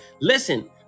Listen